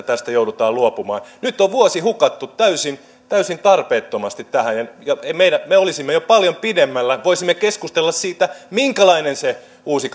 tästä joudutaan luopumaan nyt on vuosi hukattu täysin täysin tarpeettomasti tähän me olisimme jo paljon pidemmällä voisimme keskustella siitä minkälainen se uusi